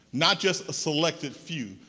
not just a selected few.